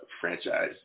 franchise